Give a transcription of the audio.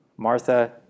Martha